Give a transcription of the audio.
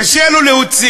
קשה לו להוציא.